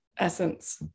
essence